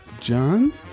John